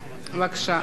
הצבעה.